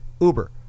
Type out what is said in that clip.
Uber